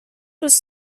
was